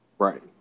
Right